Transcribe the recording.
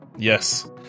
Yes